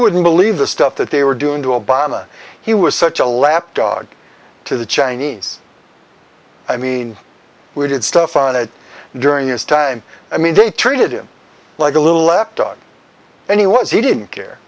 wouldn't believe the stuff that they were doing to obama he was such a lapdog to the chinese i mean we did stuff on it during his time i mean they treated him like a little left dog and he was he didn't care